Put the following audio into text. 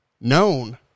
known